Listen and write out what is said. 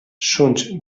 zuntz